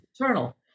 eternal